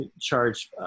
Charge